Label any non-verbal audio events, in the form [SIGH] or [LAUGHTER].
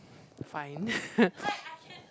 fine [LAUGHS]